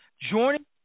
Joining